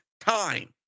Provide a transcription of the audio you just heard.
time